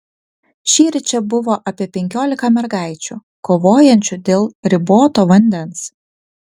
šįryt čia buvo apie penkiolika mergaičių kovojančių dėl riboto vandens